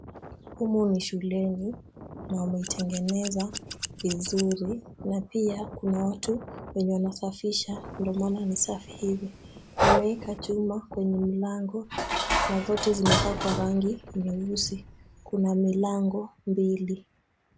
Humu ni shuleni mwameitengeneza vizuri na pia kuna watu wenye wanasafisha ndio maana ni safi hivi. Wameweka chuma kwenye milango na zote zimepakwa rangi nyeusi. Kuna milango mbili.